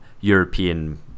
European